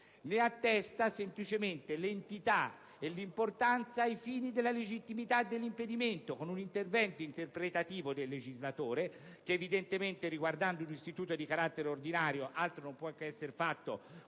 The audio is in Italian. ad attestarne semplicemente l'entità e l'importanza ai fini della legittimità dell'impedimento, con un intervento interpretativo del legislatore che riguardando un istituto di carattere ordinario non può essere fatto